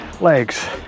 legs